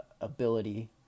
ability